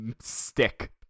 stick